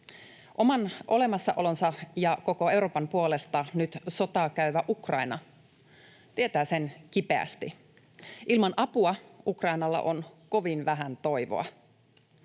Oman olemassaolonsa ja koko Euroopan puolesta nyt sotaa käyvä Ukraina tietää sen kipeästi. Ilman apua Ukrainalla on kovin vähän toivoa.